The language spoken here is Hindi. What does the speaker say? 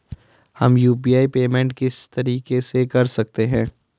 हम यु.पी.आई पेमेंट किस तरीके से कर सकते हैं?